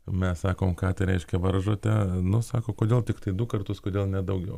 mes sakom ką tai reiškia varžote nu sako kodėl tiktai du kartus kodėl ne daugiau